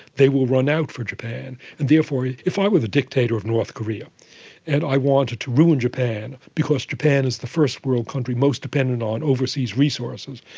they will run out for japan and therefore, if i were the dictator of north korea and i wanted to ruin japan because japan is the first-world country most dependent on overseas resources,